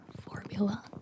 formula